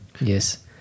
yes